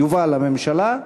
יובא לממשלה,